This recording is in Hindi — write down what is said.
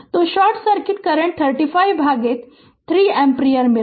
तो शॉर्ट सर्किट करंट 35 भागित 3 एम्पीयर मिला